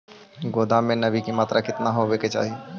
गोदाम मे नमी की मात्रा कितना होबे के चाही?